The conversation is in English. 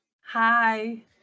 Hi